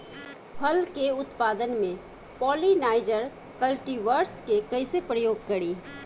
फल के उत्पादन मे पॉलिनाइजर कल्टीवर्स के कइसे प्रयोग करी?